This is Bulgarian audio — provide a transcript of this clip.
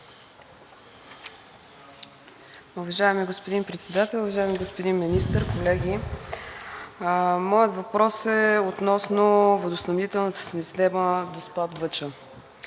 Уважаеми господин Председател, уважаеми господин Министър, колеги! Моят въпрос е относно водоснабдителната система Доспат – Въча.